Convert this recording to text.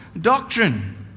doctrine